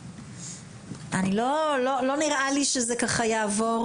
לא נראה לי שזה ככה יעבור